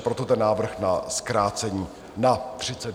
Proto ten návrh na zkrácení na 30 dnů.